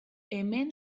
hemen